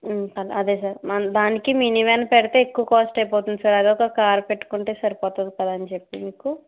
అదే సార్ దానికి mini van పెడితే ఎక్కువ కాస్ట్ అయిపోతుంది సార్ అదే ఒక కార్ పెట్టుకుంటే సరిపోతుంది కదా అని చెప్పి మీకు